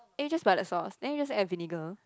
and you just buy that sauce then you just add vinegar